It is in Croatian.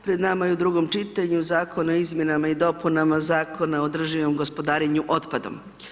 Pred nama je u drugom čitanju Zakon o izmjenama i dopunama Zakona o održivom gospodarenju otpadom.